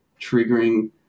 triggering